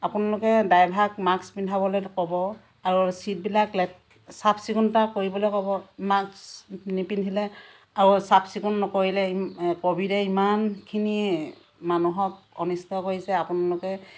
আপোনালোকে ড্ৰাইভাক মাক্স পিন্ধাবলৈ ক'ব আৰু চিটবিলাক লেত চাফ চিকুণতা কৰিবলৈ ক'ব মাক্স নি নিপিন্ধিলে আৰু চাফ চিকুণ নকৰিলে ক'ভিডে ইমানখিনি মানুহক অনিষ্ট কৰিছে আপোনালোকে